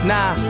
Nah